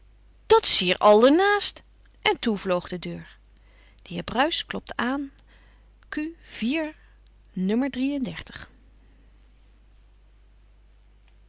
dat's hier àldernaast en toe vloog de deur de heer bruis klopte aan q